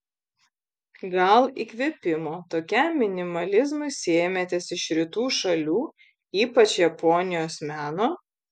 gal įkvėpimo tokiam minimalizmui sėmėtės iš rytų šalių ypač japonijos meno